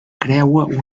creua